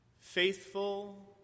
faithful